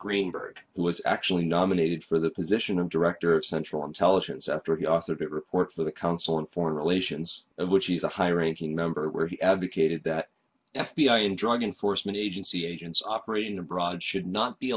greenberg who was actually nominated for the position of director of central intelligence after he authored it report for the council on foreign relations of which he is a high ranking member where he advocated that f b i and drug enforcement agency agents operating abroad should not be